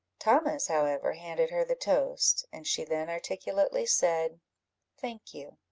thomas, however, handed her the toast, and she then articulately said thank you.